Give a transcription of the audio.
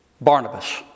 Barnabas